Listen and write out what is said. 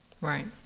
Right